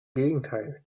gegenteil